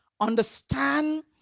Understand